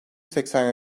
seksen